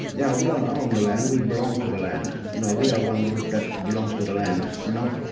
no, we don't own the land, we belong to the land. no we are one group that belongs to the land, you know,